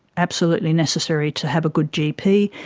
absolutely necessary to have a good gp,